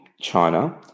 China